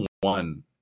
one